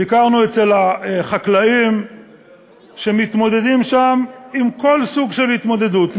ביקרנו אצל החקלאים שמתמודדים שם בכל סוג של התמודדות,